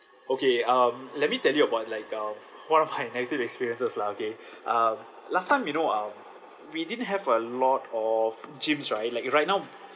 okay um let me tell you about like um one of my negative experiences lah okay um last time you know um we didn't have a lot of gyms right like right now